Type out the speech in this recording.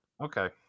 Okay